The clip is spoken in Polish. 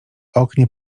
oknie